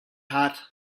hot